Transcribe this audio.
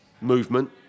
movement